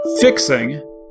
fixing